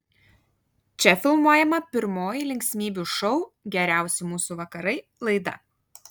čia filmuojama pirmoji linksmybių šou geriausi mūsų vakarai laida